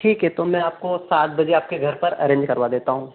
ठीक है तो मैं आपको सात बजे आपके घर पर अरेंज करवा देता हूँ